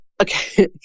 okay